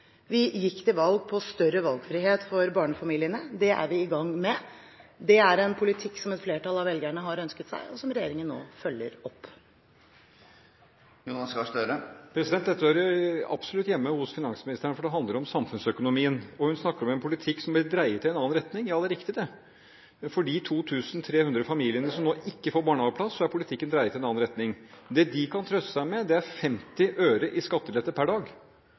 Vi gikk til valg på større valgfrihet for barnefamiliene. Det er vi i gang med. Det er en politikk som et flertall av velgerne har ønsket seg, og som regjeringen nå følger opp. Dette hører absolutt hjemme hos finansministeren, for det handler om samfunnsøkonomien. Hun snakker om en politikk som er blitt dreiet i en annen retning. Ja, det er riktig. For de 2 300 barna som nå ikke får barnehageplass, er politikken dreiet i en annen retning. Det de kan trøste seg med, er 50 øre i skattelette per dag.